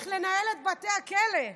איך לנהל את בתי הכלא,